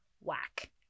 whack